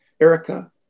Erica